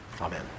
Amen